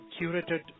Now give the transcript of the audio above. curated